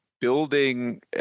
building